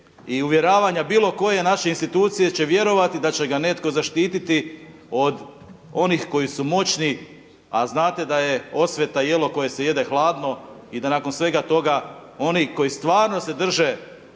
i uvjeravanja bilo koje naše institucije će vjerovati da će ga netko zaštititi od onih koji su moćni a znate da je osveta jelo koje se jede hladno i da nakon svega toga oni koji stvarno se drže